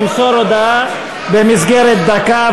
למסור הודעה במסגרת דקה,